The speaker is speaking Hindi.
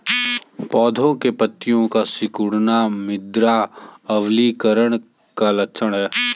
पौधों की पत्तियों का सिकुड़ना मृदा अम्लीकरण का लक्षण है